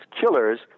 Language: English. killers